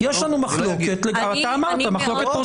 יש לנו מחלוקת לגבי --- אני לא אגיב.